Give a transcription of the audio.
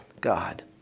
God